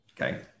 okay